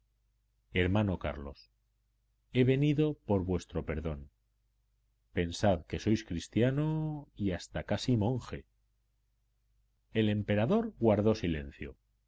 hermano carlos he venido por vuestro perdón pensad que sois cristiano y hasta casi monje el emperador guardó silencio